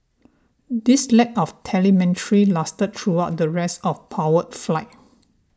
this lack of telemetry lasted throughout the rest of powered flight